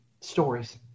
stories